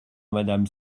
madame